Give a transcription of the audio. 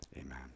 Amen